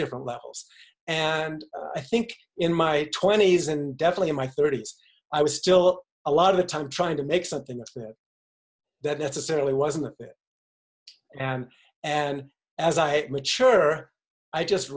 different levels and i think in my twenty's and definitely in my thirty's i was still a lot of the time trying to make something that necessarily wasn't and and as i mature i just